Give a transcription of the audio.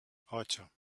ocho